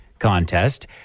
contest